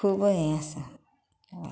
खूब हें आसा